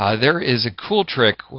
ah there is a cool trick,